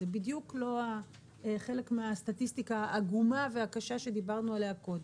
זה בדיוק לא חלק מהסטטיסטיקה העגומה והקשה שדיברנו עליה קודם.